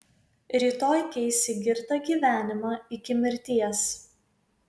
rytoj keis į girtą gyvenimą iki mirties